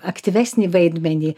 aktyvesnį vaidmenį